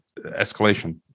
escalation